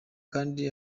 kandi